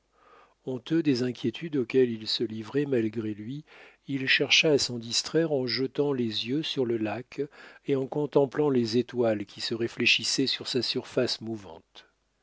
honteux des inquiétudes auxquelles il se livrait malgré lui il chercha à s'en distraire en jetant les yeux sur le lac et en contemplant les étoiles qui se réfléchissaient sur sa surface mouvante